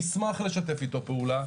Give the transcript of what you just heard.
נשמח לשתף איתו פעולה,